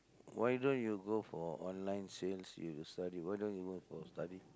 why don't you go for online sales you study why don't you work for study